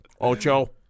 Ocho